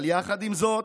עם זאת,